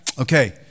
Okay